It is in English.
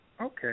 Okay